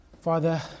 Father